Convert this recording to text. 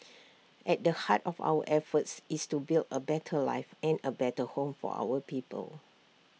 at the heart of our efforts is to build A better life and A better home for our people